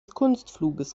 kunstfluges